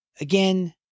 Again